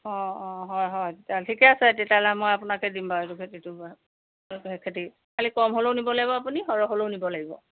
অঁ অঁ হয় হয় তেতিয়াহ'লে ঠিকে আছে তেতিয়াহ'লে মই আপোনাকে দিম বাৰু খেতি খালী কম হ'লেও নিব লাগিব আপুনি সৰহ হ'লেও নিব লাগিব